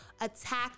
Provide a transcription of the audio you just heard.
attack